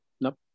Nope